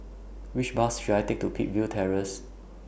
Which Bus should I Take to Peakville Terrace